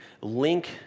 link